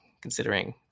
considering